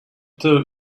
two